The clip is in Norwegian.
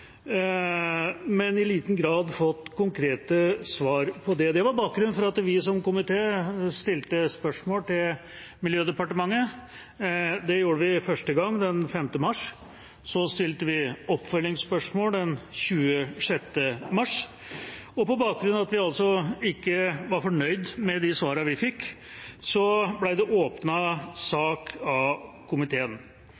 men hadde i liten grad fått konkrete svar på det. Det var bakgrunnen for at vi som komité stilte spørsmål til Miljødepartementet. Det gjorde vi første gang den 5. mars. Så stilte vi oppfølgingsspørsmål den 26. mars. På bakgrunn av at vi ikke var fornøyd med de svarene vi fikk, ble det